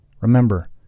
Remember